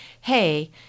hey